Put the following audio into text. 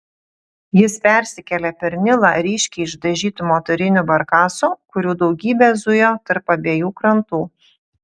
jis persikėlė per nilą ryškiai išdažytu motoriniu barkasu kurių daugybė zujo tarp abiejų krantų